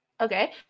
okay